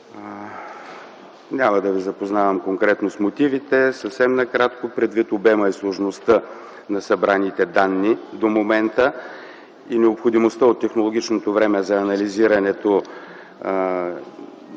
Няма да ви запознавам конкретно с мотивите. Съвсем накратко, предвид обема и сложността на събраните данни до момента и необходимостта от технологично време за анализирането